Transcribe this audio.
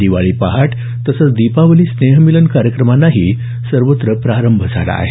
दिवाळी पहाट तसंच दीपावली स्नेहमिलन कार्यक्रमांनाही सर्वत्र प्रारंभ झाला आहे